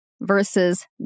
versus